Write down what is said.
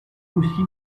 aussi